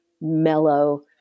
mellow